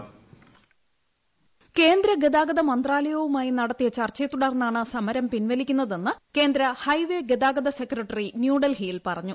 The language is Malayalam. വോയിസ് കേന്ദ്ര ഗതാഗത മന്ത്രാലയവുമായി നടത്തിയ ചർച്ചയെ തുടർന്നാണ് സമരം പിൻവലിക്കുന്നതെന്ന് കേന്ദ്ര ഹൈവേ ഗതാഗത സെക്രട്ടറി ന്യൂഡൽഹിയിൽ പറഞ്ഞു